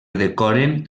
decoren